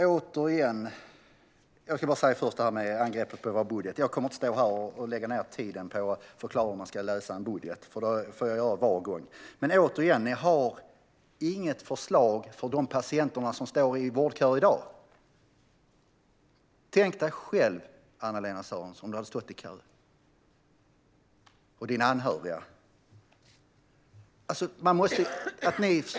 Fru talman! När det gäller angreppet på vår budget kommer jag inte att lägga tid på att förklara hur man ska läsa en budget. Det får jag nämligen göra varje gång. Återigen - ni har inget förslag för de patienter som står i vårdkö i dag, Anna-Lena Sörenson. Tänk dig själv att du eller dina anhöriga hade stått i kö!